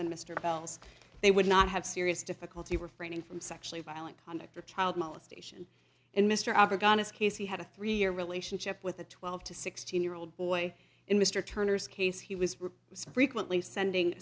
than mr bell's they would not have serious difficulty refraining from sexually violent conduct or child molestation in mr albritton his case he had a three year relationship with a twelve to sixteen year old boy in mr turner's case he was was frequently sending